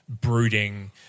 brooding